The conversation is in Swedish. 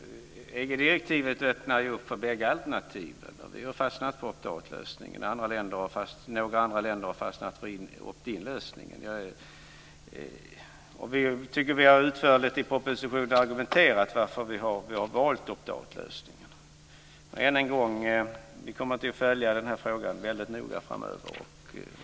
Fru talman! EG-direktivet öppnar upp för bägge alternativen. Vi har fastnat för opt-out-lösningen. Några andra länder har fastnat för opt-in-lösningen. Vi har utförligt i propositionen argumenterat varför vi har valt opt-out-lösningen. Än en gång: Vi kommer att följa frågan väldigt noga framöver.